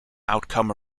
outcome